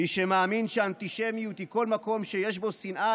מי שמאמין שאנטישמיות היא כל מקום שיש בו שנאה,